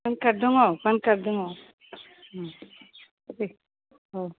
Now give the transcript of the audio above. पान card दङ PAN card दङ दे औ